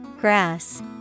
Grass